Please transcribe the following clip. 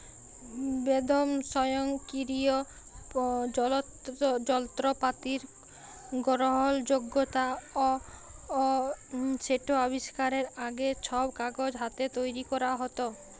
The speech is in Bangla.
বেদম স্বয়ংকিরিয় জলত্রপাতির গরহলযগ্যতা অ সেট আবিষ্কারের আগে, ছব কাগজ হাতে তৈরি ক্যরা হ্যত